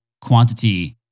quantity